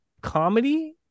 comedy